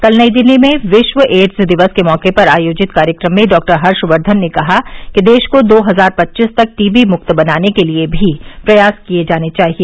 कल नई दिल्ली में विश्व एड्स दिवस के मौके पर आयोजित कार्यक्रम में डॉक्टर हर्षवर्धन ने कहा कि देश को दो हजार पच्चीस तक टी बी मुक्त बनाने के लिए भी प्रयास किए जाने चाहिए